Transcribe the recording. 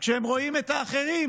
כשהם רואים את האחרים